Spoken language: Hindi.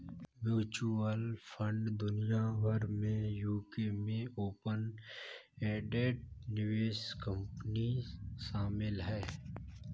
म्यूचुअल फंड दुनिया भर में यूके में ओपन एंडेड निवेश कंपनी शामिल हैं